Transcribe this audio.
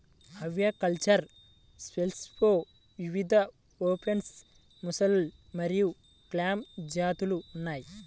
aquacultured షెల్ఫిష్లో వివిధఓస్టెర్, mussel మరియు క్లామ్ జాతులు ఉన్నాయి